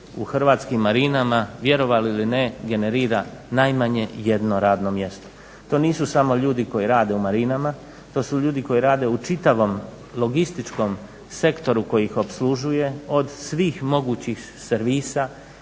u hrvatskim marinama vjerovali ili ne generira najmanje jedno radno mjesto. To nisu samo ljudi koji rade u marinama, to su ljudi koji rade u čitavom logističkom sektoru koji ih opslužuje od svih mogućih servisa